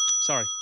Sorry